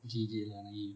G G lah naeem